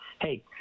hey